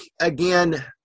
again